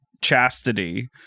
chastity